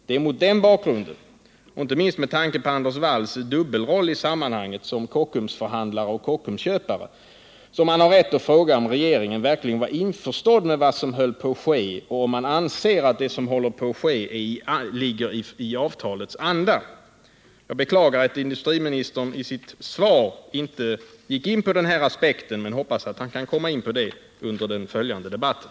Det är mot den här bakgrunden, och inte minst med tanke på Anders Walls dubbelroll i sammanhanget som Kockumsförhandlare och Kockumsköpare, som man har rätt att fråga om regeringen verkligen är införstådd med vad som håller på att ske och om den anser att detta ligger i avtalets anda. Jag beklagar att industriministern i sitt svar inte gick in på den här aspekten, men hoppas att han kan komma in på den under den följande debatten.